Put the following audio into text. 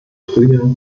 frühjahr